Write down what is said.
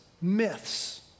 myths